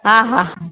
हा हा